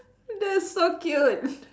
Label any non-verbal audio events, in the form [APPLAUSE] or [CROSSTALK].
that's so cute [BREATH]